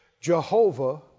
Jehovah